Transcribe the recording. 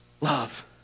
love